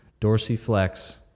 dorsiflex